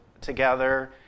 together